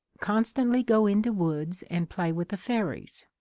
constantly go into woods and play with the fairies.